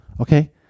Okay